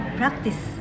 practice